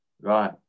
Right